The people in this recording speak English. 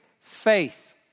faith